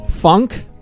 Funk